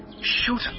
shoot